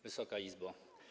Wysoka Izbo!